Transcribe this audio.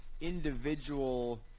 individual